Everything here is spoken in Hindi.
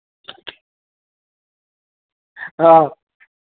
हाँ